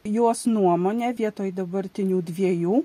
jos nuomone vietoj dabartinių dviejų